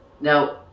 Now